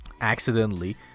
accidentally